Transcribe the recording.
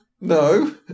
No